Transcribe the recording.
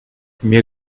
mir